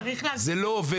זה לא עובד בלי אינטרסים.